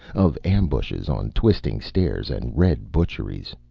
of ambushes on twisting stairs, and red butcheries.